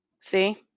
See